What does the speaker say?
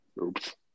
Oops